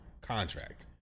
contract